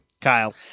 Kyle